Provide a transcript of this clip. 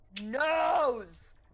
nose